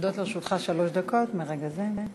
עומדות לרשותך שלוש דקות מרגע זה.